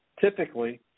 typically